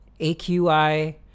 AQI